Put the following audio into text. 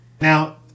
Now